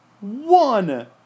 One